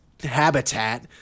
Habitat